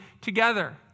together